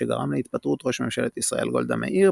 שגרם להתפטרות ראש ממשלת ישראל גולדה מאיר,